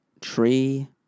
tree